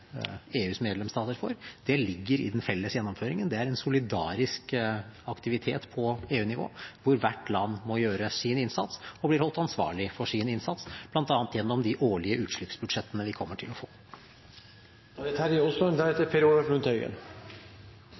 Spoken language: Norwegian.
EUs medlemsstater får. Det ligger i den felles gjennomføringen. Det er en solidarisk aktivitet på EU-nivå, hvor hvert land må gjøre sin innsats og blir holdt ansvarlig for sin innsats, bl.a. gjennom de årlige utslippsbudsjettene vi kommer til å